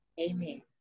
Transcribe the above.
amen